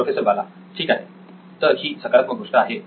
professor Bala ठीक आहे तर ही सकारात्मक गोष्ट आहे